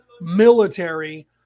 military